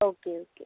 okay okay